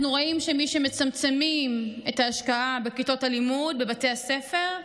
אנו רואים שמי שמצמצמים את ההשקעה בכיתות הלימוד בבתי הספר,